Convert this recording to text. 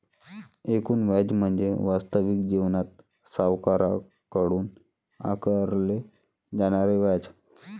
एकूण व्याज म्हणजे वास्तविक जीवनात सावकाराकडून आकारले जाणारे व्याज